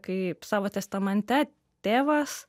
kaip savo testamente tėvas